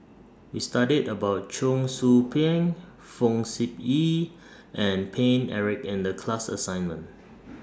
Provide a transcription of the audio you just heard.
We studied about Cheong Soo Pieng Fong Sip Chee and Paine Eric in The class assignment